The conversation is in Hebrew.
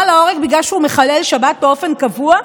להורג בגלל שהוא מחלל שבת באופן קבוע,